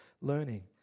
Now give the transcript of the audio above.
learning